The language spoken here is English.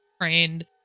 trained